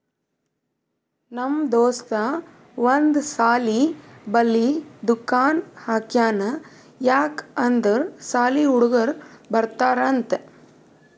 ನಮ್ ದೋಸ್ತ ಒಂದ್ ಸಾಲಿ ಬಲ್ಲಿ ದುಕಾನ್ ಹಾಕ್ಯಾನ್ ಯಾಕ್ ಅಂದುರ್ ಸಾಲಿ ಹುಡುಗರು ಬರ್ತಾರ್ ಅಂತ್